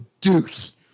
deuce